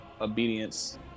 obedience